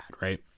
right